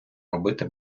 робити